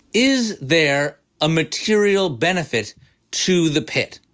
is there a material benefit to the pit?